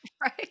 Right